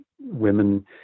women